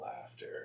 laughter